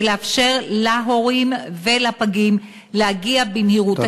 לאפשר להורים ולפגים להגיע במהירות.